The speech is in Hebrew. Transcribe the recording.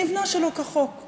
נבנה שלא כחוק.